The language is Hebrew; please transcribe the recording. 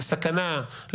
סליחה?